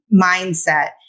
mindset